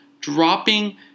dropping